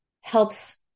helps